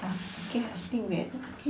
oh okay I think we are at okay